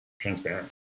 transparent